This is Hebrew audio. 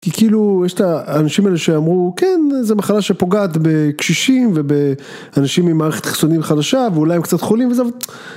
כי כאילו, יש את האנשים האלה שאמרו, כן, זה מחלה שפוגעת בקשישים ובאנשים עם מערכת חיסונית חלשה ואולי הם קצת חולים וזה...